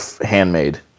handmade